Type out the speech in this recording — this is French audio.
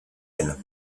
elles